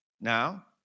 Now